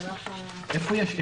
איפה יש,